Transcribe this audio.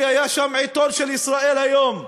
כי היה שם העיתון "ישראל היום".